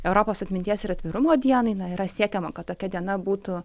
europos atminties ir atvirumo dienai na yra siekiama kad tokia diena būtų